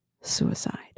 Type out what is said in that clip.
suicide